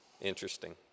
Interesting